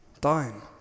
time